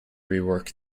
rework